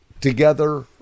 together